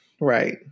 right